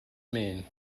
mean